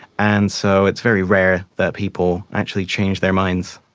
and so it's very rare that people actually change their minds.